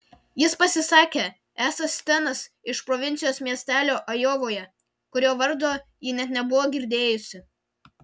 jis pasisakė esąs stenas iš provincijos miestelio ajovoje kurio vardo ji net nebuvo girdėjusi